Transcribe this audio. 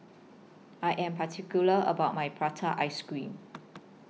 I Am particular about My Prata Ice Cream